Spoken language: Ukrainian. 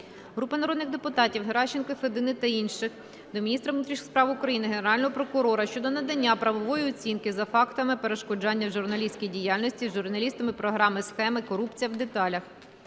Групи народних депутатів (Геращенко, Федини та інших) до міністра внутрішніх справ України, Генерального прокурора щодо надання правової оцінки за фактами перешкоджання журналістській діяльності журналістам програми "Схеми: корупція в деталях".